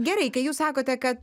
gerai kai jūs sakote kad